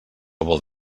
vol